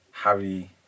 Harry